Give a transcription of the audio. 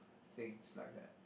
things like that